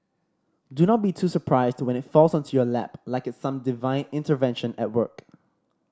do not be too surprised when it falls onto your lap like some divine intervention at work